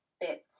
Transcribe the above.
bits